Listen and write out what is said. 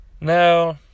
Now